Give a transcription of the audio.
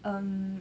um